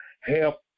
help